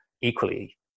equally